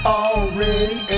already